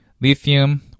lithium